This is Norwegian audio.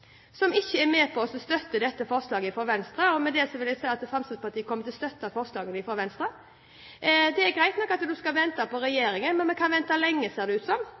som ikke er med på å støtte dette forslaget fra Venstre. Og med det vil jeg si at Fremskrittspartiet kommer til å støtte forslaget fra Venstre. Det er greit nok at man skal vente på regjeringen, men vi kan vente lenge, ser det ut som,